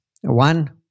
One